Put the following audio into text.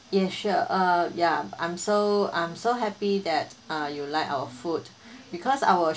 you sure uh ya I'm so I'm so happy that uh you like our food because our